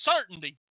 certainty